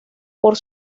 por